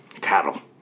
cattle